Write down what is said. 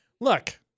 Look